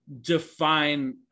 define